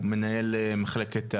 הוא מנהל מחלקת התיעול.